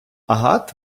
агат